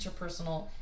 interpersonal